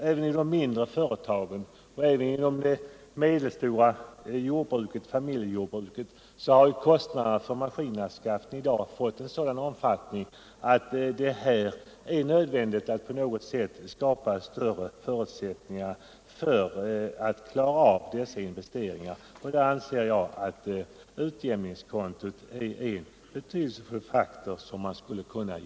Även för de mindre företagen liksom för de medelstora familjejordbruken har kostnaderna för maskinanskaffning i dag fått sådan omfattning att det är nödvändigt att på något sätt skapa bättre förutsättningar att klara av sådana investeringar. Därvidlag anser jag att utjämningskontot är en betydelsefull faktor som bör kunna införas.